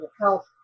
health